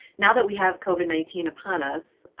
now that we have covid nineteen upon us,